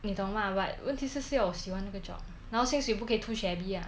你懂吗 what 问题是需要我喜欢那个 job 然后薪水不可以 too shabby lah